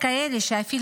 כנסת נכבדה,